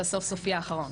הסופי האחרון.